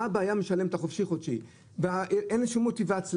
האבא היה משלם את החופשי-חודשי ואז אין שום מוטיבציה,